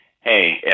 hey